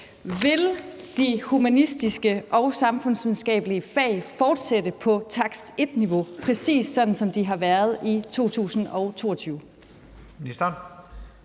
Vil de humanistiske og samfundsvidenskabelige fag fortsætte på takst 1-niveau, præcis sådan som de har været i 2022? Kl.